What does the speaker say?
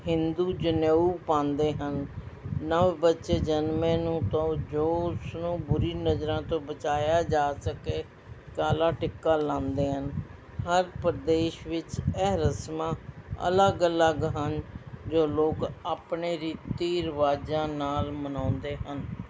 ਹਿੰਦੂ ਜਨੇਊ ਪਾਉਂਦੇ ਹਨ ਨਵ ਬੱਚੇ ਜਨਮੇ ਨੂੰ ਤਾਂ ਜੋ ਉਸਨੂੰ ਬੁਰੀ ਨਜ਼ਰਾਂ ਤੋਂ ਬਚਾਇਆ ਜਾ ਸਕੇ ਕਾਲਾ ਟਿੱਕਾ ਲਾਉਂਦੇ ਹਨ ਹਰ ਪ੍ਰਦੇਸ਼ ਵਿੱਚ ਇਹ ਰਸਮਾਂ ਅਲੱਗ ਅਲੱਗ ਹਨ ਜੋ ਲੋਕ ਆਪਣੇ ਰੀਤੀ ਰਿਵਾਜ਼ਾਂ ਨਾਲ਼ ਮਨਾਉਂਦੇ ਹਨ